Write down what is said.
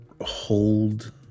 hold